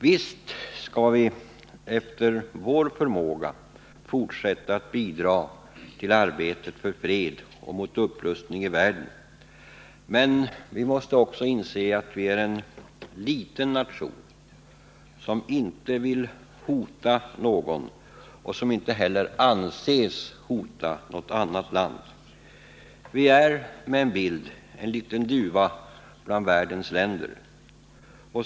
Visst skall vi fortsätta att efter vår förmåga bidra till arbetet för fred och mot upprustning i världen, men vi måste också inse att vi är en liten nation som inte vill hota och som inte heller anses hota något annat land. Vi är, med en bild, en liten duva bland världens länder.